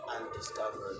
undiscovered